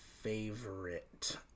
favorite